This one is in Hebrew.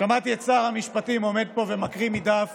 שמעתי את שר המשפטים עומד פה ומקריא מדף